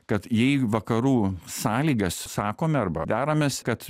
kad jei vakarų sąlygas sakome arba deramės kad